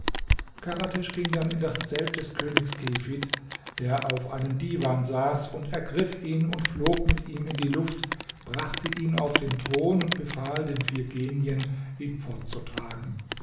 karatesch ging dann in das zelt des königs kefid der auf einem diwan saß und ergriff ihn und flog mit ihm in die luft brachte ihn auf den thron und befahl den vier genien ihn fortzutragen